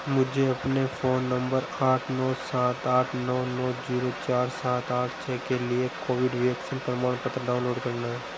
मुझे अपने phone number आठ नौ सात आठ नौ नौ जीरो चार सात आठ छ के लिए कोविड वैक्सीन प्रमाणपत्र डाउनलोड करना है